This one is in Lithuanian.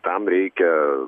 tam reikia